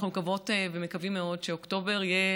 אנחנו מקוות ומקווים מאוד שאוקטובר יהיה